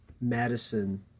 Madison